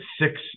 six